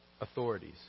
authorities